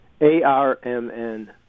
A-R-M-N